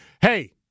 Hey